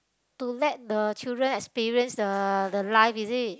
to let the children experience the the life is it